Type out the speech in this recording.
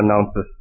announces